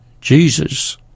Jesus